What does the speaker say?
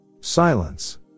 Silence